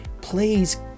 please